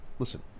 Listen